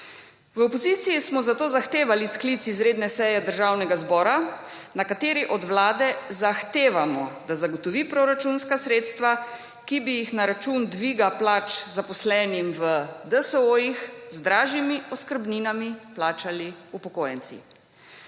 V opoziciji smo zato zahtevali sklic izredne seje Državnega zbora, na kateri od vlade zahtevamo, da zagotovi proračunska sredstva, ki bi jih na račun dviga plač zaposlenim v DSO-jih z dražjimi oskrbninami plačali upokojenci.